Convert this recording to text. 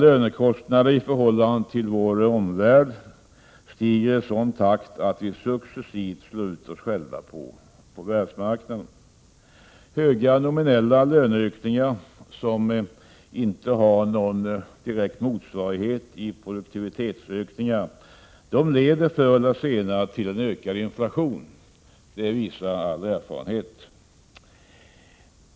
Lönekostnaderna i förhållande till vår omvärld stiger i sådan takt att vi successivt slår ut oss själva på världsmarknaden. Höga nominella löneökningar, som inte har någon motsvarighet i produktivitetsökningar, leder förr eller senare till ökad inflation. Det visar all erfarenhet.